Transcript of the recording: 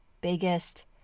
biggest